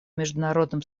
международным